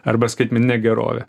arba skaitmenine gerove